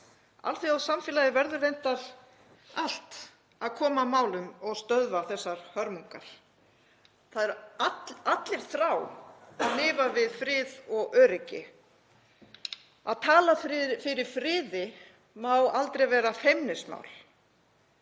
Alþjóðasamfélagið verður reyndar allt að koma að málum og stöðva þessar hörmungar. Allir þrá að lifa við frið og öryggi. Að tala fyrir friði má aldrei vera feimnismál.